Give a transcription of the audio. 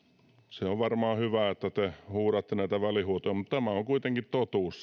se on varmaan hyvä että te huudatte näitä välihuutoja mutta tämä on kuitenkin totuus